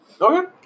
Okay